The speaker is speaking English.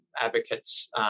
advocates